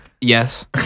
Yes